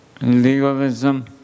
legalism